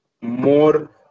more